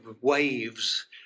waves